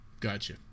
Gotcha